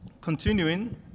Continuing